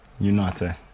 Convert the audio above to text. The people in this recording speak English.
United